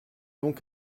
donc